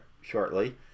shortly